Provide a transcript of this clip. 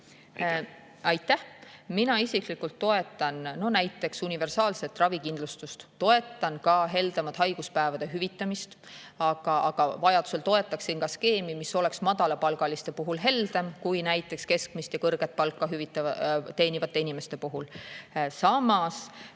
Aitäh! Mina isiklikult toetan näiteks universaalset ravikindlustust, toetan ka heldemat haiguspäevade hüvitamist, aga vajadusel toetaksin ka skeemi, mis oleks madalapalgaliste puhul heldem kui näiteks keskmist ja kõrget palka teenivate inimeste puhul. Samas